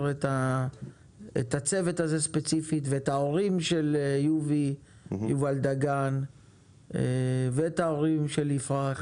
את הצוות הזה ספציפית ואת ההורים של יובל דגן ואת ההורים של יפרח,